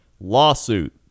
Lawsuit